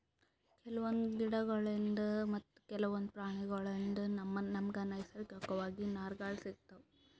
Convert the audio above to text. ಕೆಲವೊಂದ್ ಗಿಡಗೋಳ್ಳಿನ್ದ್ ಮತ್ತ್ ಕೆಲವೊಂದ್ ಪ್ರಾಣಿಗೋಳ್ಳಿನ್ದ್ ನಮ್ಗ್ ನೈಸರ್ಗಿಕವಾಗ್ ನಾರ್ಗಳ್ ಸಿಗತಾವ್